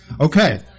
Okay